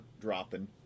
dropping